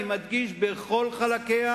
אני מדגיש: בכל חלקיה,